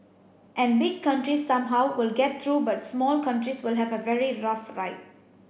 and big countries somehow will get through but small countries will have a very rough ride